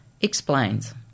explains